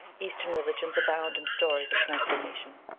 eastern religions abound in stories of transformation.